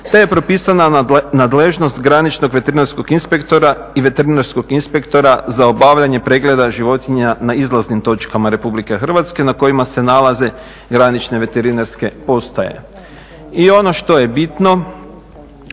te je propisana nadležnost graničnog veterinarskog inspektora i veterinarskog inspektora za obavljanje pregleda životinja na izlaznim točkama Republike Hrvatske na kojima se nalaze granične veterinarske postaje. I ono što je bitno